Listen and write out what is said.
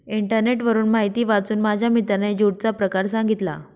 इंटरनेटवरून माहिती वाचून माझ्या मित्राने ज्यूटचा प्रकार सांगितला